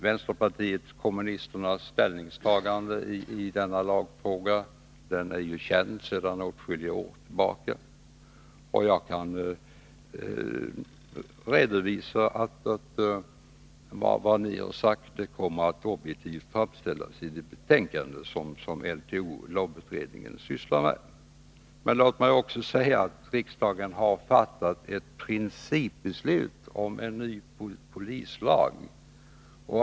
Vänsterpartiet kommunisternas ställningstagande i denna lagfråga är ju känt sedan åtskilliga år tillbaka, och jag kan redovisa att det ni har sagt kommer att objektivt läggas fram i det betänkande som LTO/LOB-utredningen arbetar med. Men låt mig också säga att riksdagen har fattat ett principbeslut om en ny polislag.